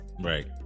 right